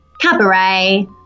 cabaret